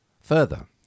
further